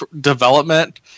development